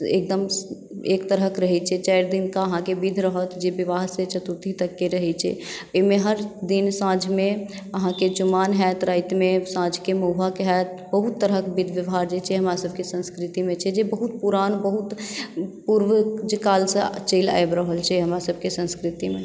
एकदम एक तरहक रहै छै चारि दिनक विध रहत जे विवाहसॅं चतुर्थी तक केँ रहै छै एहिमे हर दिन साँझमे अहाँकेँ चुमाओन होएत रातिमे साँझकेँ महुहक होयत बहुत तरहके विध व्यवहार जे हमरा सभके संस्कृतिमे जे छै से बहुत पुरान बहुत पूर्व कालसँ चलि आबि रहल छै हमरा सभकेँ संस्कृतिमे